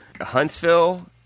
Huntsville